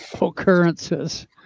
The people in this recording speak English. occurrences